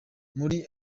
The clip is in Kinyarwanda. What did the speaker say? muri